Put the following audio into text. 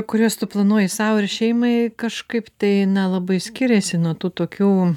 kuriuos tu planuoji sau ir šeimai kažkaip tai na labai skiriasi nuo tų tokių